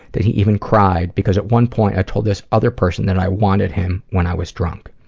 that he even cried, because at one point, i told this other person that i wanted him, when i was drunk.